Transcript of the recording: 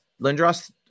Lindros